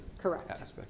Correct